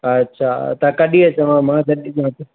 अछा त कॾहिं अचांव मां